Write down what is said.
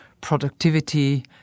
productivity